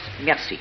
Merci